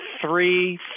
three